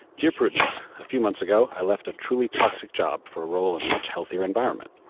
dear prudence, a few months ago, i left a truly toxic job for a role in a much healthier environment.